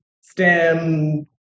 STEM